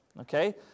okay